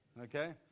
Okay